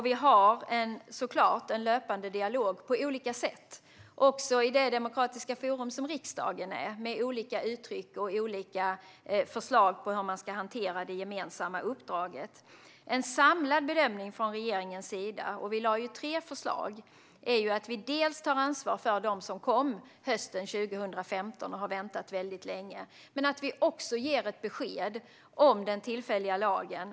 Vi har såklart en löpande dialog på olika sätt, även i det demokratiska forum som riksdagen är, med olika uttryck och olika förslag på hur man ska hantera det gemensamma uppdraget. En samlad bedömning från regeringens sida - och vi lade ju fram tre förslag - är att vi dels tar ansvar för dem som kom hösten 2015 och har väntat väldigt länge, dels ger ett besked om den tillfälliga lagen.